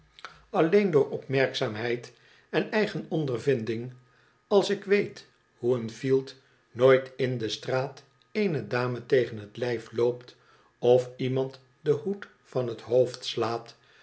alleen door opmerkzaamheid en eigen ondervinding als ik weet hoe een fielt nooit in de straat eene dame tegen het lijf loopt of iemand den hoed van het hoofd slaat